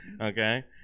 Okay